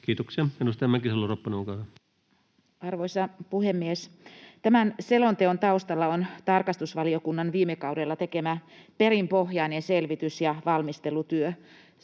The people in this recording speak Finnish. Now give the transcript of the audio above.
uudistamistarpeista Time: 16:42 Content: Arvoisa puhemies! Tämän selonteon taustalla on tarkastusvaliokunnan viime kaudella tekemä perinpohjainen selvitys‑ ja valmistelutyö.